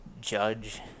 judge